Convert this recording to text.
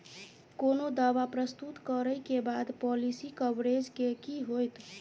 कोनो दावा प्रस्तुत करै केँ बाद पॉलिसी कवरेज केँ की होइत?